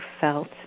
felt